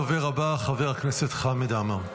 הדובר הבא, חבר הכנסת חמד עמאר.